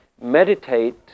Meditate